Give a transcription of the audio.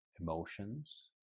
Emotions